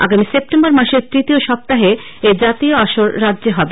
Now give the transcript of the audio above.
আগামী সেপ্টেম্বর মাসের তৃতীয় সপ্তাহে এই জাতীয় আসর রাজ্যে হবে